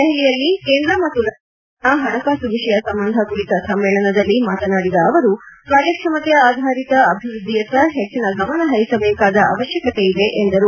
ದೆಹಲಿಯಲ್ಲಿ ಕೇಂದ ಮತ್ತು ರಾಜ್ಯ ಸರ್ಕಾರಗಳ ನಡುವಣ ಹಣಕಾಸು ವಿಷಯ ಸಂಬಂಧ ಕುರಿತ ಸಮ್ಮೇಳನದಲ್ಲಿ ಮಾತನಾದಿದ ಅವರು ಕಾರ್ಯಕ್ಷಮತೆ ಆಧರಿತ ಅಭಿವ್ವದ್ಲಿಯತ್ತ ಹೆಚ್ಚಿನ ಗಮನ ಹರಿಸಬೇಕಾದ ಅವಶ್ಯಕತೆ ಇದೆ ಎಂದರು